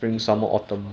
winter autumn [one]